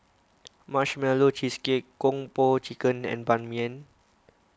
Marshmallow Cheesecake Kung Po Chicken and Ban Mian